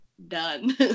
done